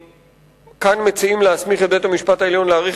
כאן מציעים להסמיך את בית-המשפט העליון להאריך